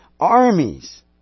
Armies